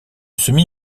semi